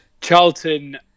Charlton